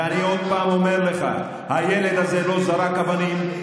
ואני עוד פעם אומר לך: הילד הזה לא זרק אבנים,